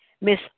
Miss